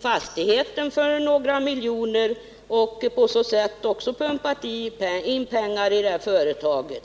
fastigheten för några miljoner och på så sätt pumpat in pengar i företaget.